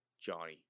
Johnny